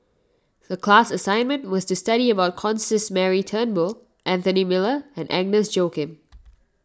the class assignment was to study about Constance Mary Turnbull Anthony Miller and Agnes Joaquim